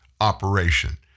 operation